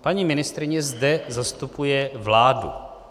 Paní ministryně zde zastupuje vládu.